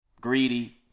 greedy